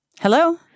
Hello